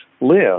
live